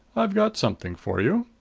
i've got something for you.